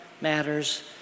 matters